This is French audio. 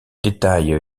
détail